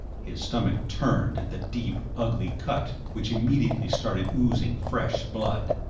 his stomach turned at the deep, ugly cut, which immediately started oozing fresh blood.